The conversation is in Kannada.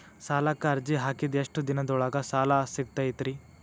ಸಾಲಕ್ಕ ಅರ್ಜಿ ಹಾಕಿದ್ ಎಷ್ಟ ದಿನದೊಳಗ ಸಾಲ ಸಿಗತೈತ್ರಿ?